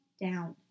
down